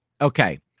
okay